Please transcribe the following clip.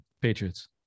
Patriots